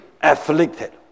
afflicted